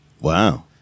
Wow